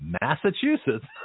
Massachusetts